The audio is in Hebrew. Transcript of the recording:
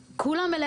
נירה, אין לי מושג.